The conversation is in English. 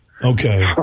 Okay